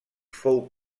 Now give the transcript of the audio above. fou